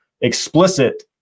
Explicit